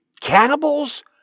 cannibals